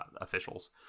officials